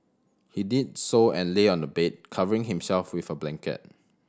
he did so and lay on the bed covering himself with a blanket